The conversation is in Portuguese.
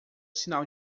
sinal